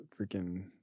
freaking